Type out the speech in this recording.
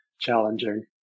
challenging